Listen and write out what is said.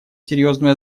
серьезную